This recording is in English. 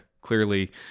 Clearly